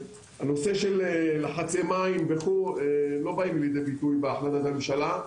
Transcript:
עניין לחצי מים וכו' לא באים לידי ביטוי בהחלטת הממשלה,